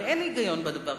הרי אין היגיון בדבר.